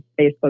Facebook